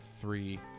three